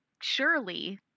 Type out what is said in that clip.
surely